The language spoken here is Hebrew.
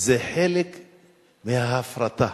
חלק מההפרטה.